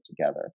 together